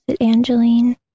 Angeline